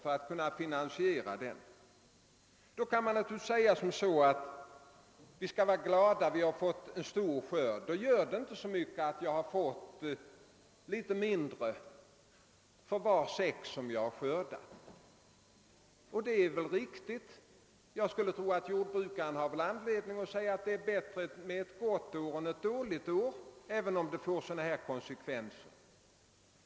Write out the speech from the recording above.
Man kan naturligtvis säga att vi skall vara glada för att vi har fått en stor skörd och att det då inte gör så mycket att man får litet mindre för varje säck man skördat. Det är väl riktigt. Jag skulle tro att jordbrukarna har anledning att säga att det är bättre med ett gott år än med ett dåligt år, även om det får sådana här konsekvenser.